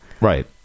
Right